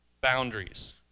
boundaries